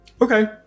Okay